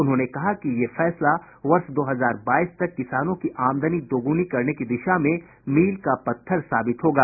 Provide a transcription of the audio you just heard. उन्होंने कहा कि यह फैसला वर्ष दो हजार बाईस तक किसानों की आमदनी दोगुनी करने की दिशा में मील का पत्थर साबित होगा